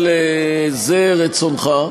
אבל זה רצונך,